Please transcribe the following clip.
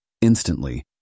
Instantly